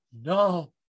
No